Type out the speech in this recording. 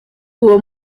uwo